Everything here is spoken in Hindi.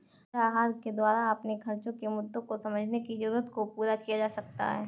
ऋण आहार के द्वारा अपने खर्चो के मुद्दों को समझने की जरूरत को पूरा किया जा सकता है